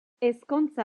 ezkontza